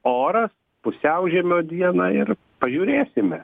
oras pusiaužiemio dieną ir pažiūrėsime